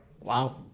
Wow